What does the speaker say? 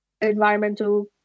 environmental